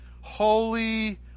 holy